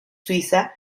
suiza